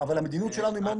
של המעבר לעונתי.